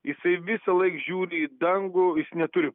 jisai visąlaik žiūri į dangų jis neturi